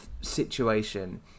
situation